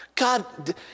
God